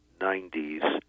90s